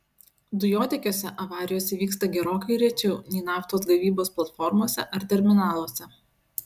dujotiekiuose avarijos įvyksta gerokai rečiau nei naftos gavybos platformose ar terminaluose